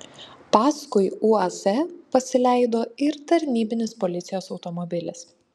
paskui uaz pasileido ir tarnybinis policijos automobilis